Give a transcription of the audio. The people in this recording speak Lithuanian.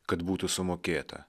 kad būtų sumokėta